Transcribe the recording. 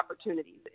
opportunities